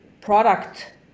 product